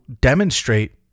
demonstrate